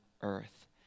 earth